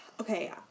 okay